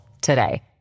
today